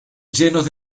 llenos